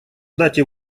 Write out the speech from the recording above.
дате